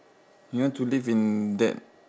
you want to live in that